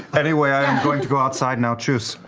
anyway, i am going to go outside now. tschuss.